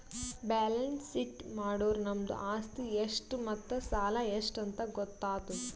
balance sheet ಮಾಡುರ್ ನಮ್ದು ಆಸ್ತಿ ಎಷ್ಟ್ ಮತ್ತ ಸಾಲ ಎಷ್ಟ್ ಅಂತ್ ಗೊತ್ತಾತುದ್